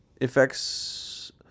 Effects